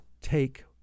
take